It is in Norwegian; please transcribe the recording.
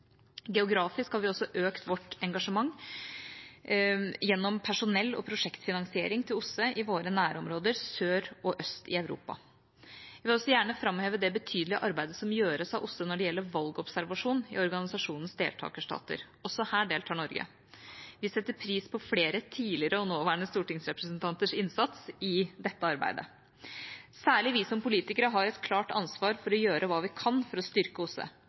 Geografisk har vi også økt vårt engasjement gjennom personell og prosjektfinansiering til OSSE i våre nærområder, sør og øst i Europa. Jeg vil også gjerne framheve det betydelige arbeidet som gjøres av OSSE når det gjelder valgobservasjon i organisasjonens deltakerstater. Også her deltar Norge. Vi setter pris på flere tidligere og nåværende stortingsrepresentanters innsats i dette arbeidet. Særlig vi som politikere har et klart ansvar for å gjøre hva vi kan for å styrke